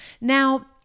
Now